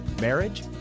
marriage